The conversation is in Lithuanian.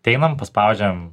ateinam paspaudžiam